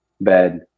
bed